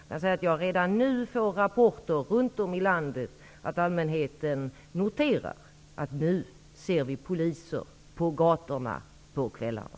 Redan nu får jag rapporter från allmänheten i olika delar av landet att man noterar att man nu ser poliser på gatorna på kvällarna.